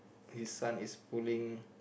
his son is pulling